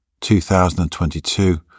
2022